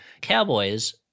Cowboys